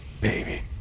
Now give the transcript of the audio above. Baby